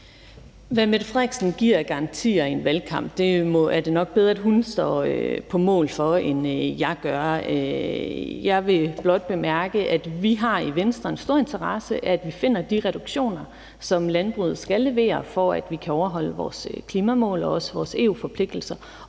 Hvad statsministeren giver af garantier i en valgkamp, er nok bedre at hun står på mål for, end jeg gør. Jeg vil blot bemærke, at vi i Venstre har en stor interesse i, at vi finder de reduktioner, som landbruget skal levere, for at vi kan overholde vores klimamål og også vores EU-forpligtelser,